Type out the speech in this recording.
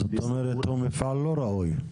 זאת אומרת הוא מפעל לא ראוי.